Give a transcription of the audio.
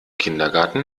kindergarten